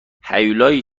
هیولایی